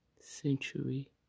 century